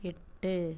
எட்டு